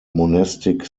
monastic